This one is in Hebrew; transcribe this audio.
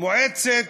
מועצת